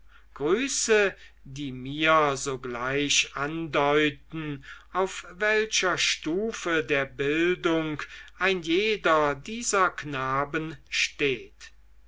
die mir sogleich andeuten auf welcher stufe der bildung ein jeder dieser knaben steht